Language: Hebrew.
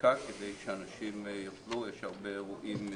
הפסקה כדי שאנשים יוכלו יש הרבה אירועים.